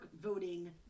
voting